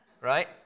right